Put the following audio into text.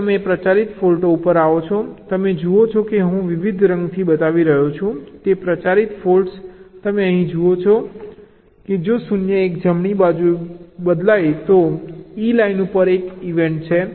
હવે તમે પ્રચારિત ફોલ્ટો ઉપર આવો છો તમે જુઓ છો કે હું વિવિધ રંગથી બતાવી રહ્યો છું તે પ્રચારિત ફોલ્ટ્સ તમે અહીં જુઓ કે જો આ 0 1 જમણી બાજુ બદલાય તો ઇ લાઇન ઉપર એક ઇવેન્ટ છે